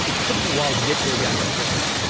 it took me a while to get to a game of thrones,